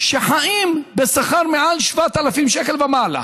שחיים בשכר של 7,000 שקל ומעלה.